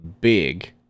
big